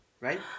right